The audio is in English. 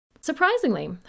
Surprisingly